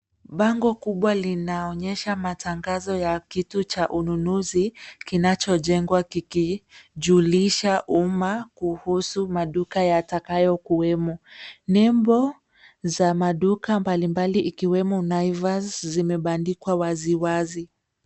Bango kubwa linaonyesha matangazo ya kitu cha ununuzi kinachojengwa kikijulisha umma kuhusu maduka yatakayo kuwemo. Nembo za maduka mbalimbali ikiwemo Naivas zimebandikwa waziwazi.